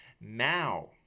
Now